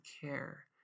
care